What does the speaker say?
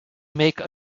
make